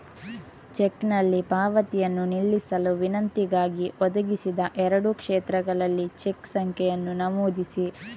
ಚೆಕ್ನಲ್ಲಿ ಪಾವತಿಯನ್ನು ನಿಲ್ಲಿಸಲು ವಿನಂತಿಗಾಗಿ, ಒದಗಿಸಿದ ಎರಡೂ ಕ್ಷೇತ್ರಗಳಲ್ಲಿ ಚೆಕ್ ಸಂಖ್ಯೆಯನ್ನು ನಮೂದಿಸಿ